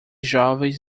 jovens